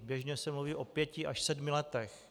Běžně se mluví o pěti až sedmi letech.